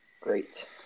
Great